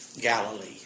Galilee